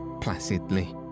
placidly